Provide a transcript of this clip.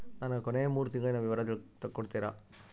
ನನಗ ಕೊನೆಯ ಮೂರು ತಿಂಗಳಿನ ವಿವರ ತಕ್ಕೊಡ್ತೇರಾ?